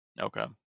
Okay